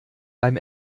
beim